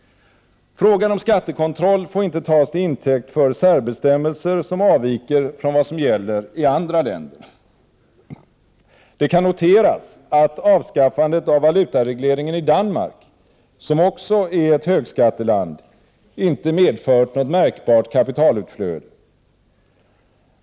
Frågan om skattekontroll får inte tas till intäkt för särbestämmelser som avviker från vad som gäller i andra länder. Det kan noteras att avskaffandet av valutaregleringen i Danmark, som också är ett högskatteland, inte medfört något märkbart kapitalutflöde.